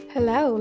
Hello